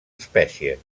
espècies